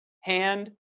hand